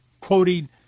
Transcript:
quoting